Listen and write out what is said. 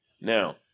Now